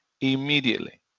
immediately